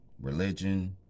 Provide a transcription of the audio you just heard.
religion